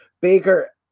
Baker